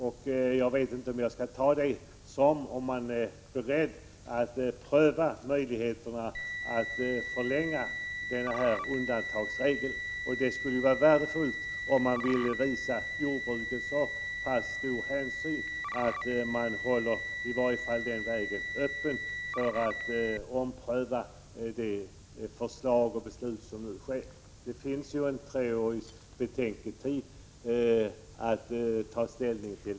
Skall jag tolka det så att socialdemokraterna är beredda att pröva möjligheterna att förlänga den här undantagsregeln? Det skulle vara värdefullt om man ville visa jordbruket så pass stor hänsyn att man i varje fall höll vägen öppen för att ompröva det förslag och beslut som nu kommer. Det finns ju en treårig betänketid när det gäller att ta ställning här.